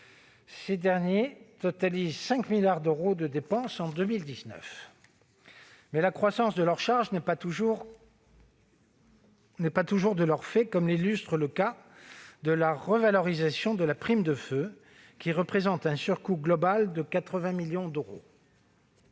Ces derniers totalisent 5 milliards d'euros de dépenses en 2019. La croissance de leurs charges n'est toutefois pas toujours de leur fait, comme l'illustre le cas de la revalorisation de la prime de feu, qui représente un surcoût global de 80 millions d'euros.